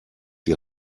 die